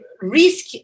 risk